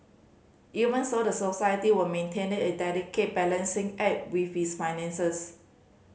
even so the society were maintained a delicate balancing act with its finances